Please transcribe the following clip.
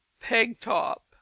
peg-top